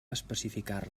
especificar